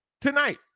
tonight